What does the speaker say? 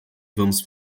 vamos